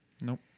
Nope